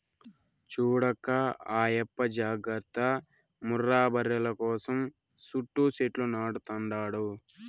చూడక్కా ఆయప్ప జాగర్త ముర్రా బర్రెల కోసం సుట్టూ సెట్లు నాటతండాడు